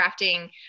crafting